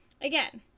Again